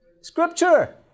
Scripture